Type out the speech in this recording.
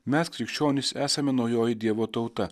mes krikščionys esame naujoji dievo tauta